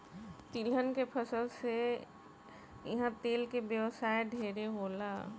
तिलहन के फसल से इहा तेल के व्यवसाय ढेरे होला